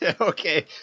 Okay